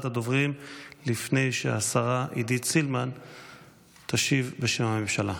הדוברים לפני שהשרה עידית סילמן תשיב בשם הממשלה.